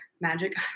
Magic